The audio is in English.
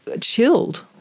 chilled